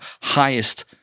highest